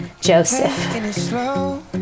Joseph